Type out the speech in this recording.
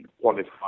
qualify